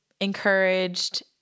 encouraged